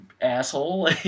asshole